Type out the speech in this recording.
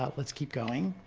ah let's keep going.